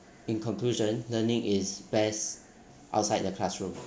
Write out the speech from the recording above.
in conclusion learning is best outside the classroom